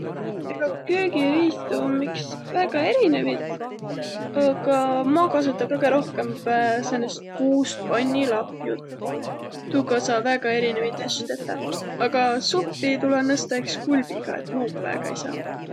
Egaq köögiriistu om iks väega erinevit. Aga ma kasuta kõgõ rohkõmb säänest puust pannilapjut. Tuuga saa väega erinevit asju tetäq. Agaq suppi tulõ nõsta iks kulbiga, et muuga väega ei saaq.